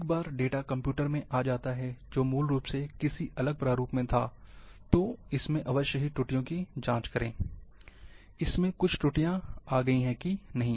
एक बार data computer में आ जाता है जो मूल रूप से किसी अलग प्रारूप में था तो अवश्य ही त्रुटियों की जाँच करें कि इसमें कुछ त्रुटियां आ गयी हैं या नहीं